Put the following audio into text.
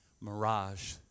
Mirage